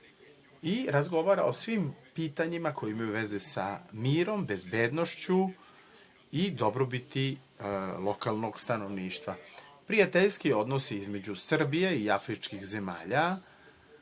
i razgovara o svim pitanjima koja imaju veze sa mirom, bezbednošću i dobrobiti lokalnog stanovništva. Prijateljski odnosi između Srbije i afričkih zemalja